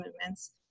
movements